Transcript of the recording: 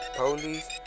police